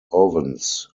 ovens